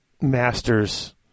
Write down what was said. Masters